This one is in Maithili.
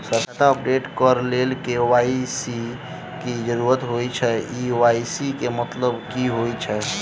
सर खाता अपडेट करऽ लेल के.वाई.सी की जरुरत होइ छैय इ के.वाई.सी केँ मतलब की होइ छैय?